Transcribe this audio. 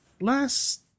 last